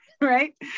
Right